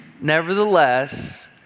Nevertheless